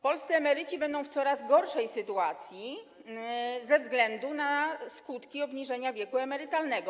Polscy emeryci będą w coraz gorszej sytuacji ze względu na skutki obniżenia wieku emerytalnego.